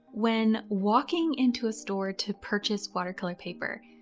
when walking into a store to purchase watercolor paper,